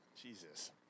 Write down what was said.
Jesus